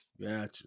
gotcha